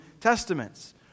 Testaments